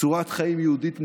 "צורת חיים יהודית מושלמת"?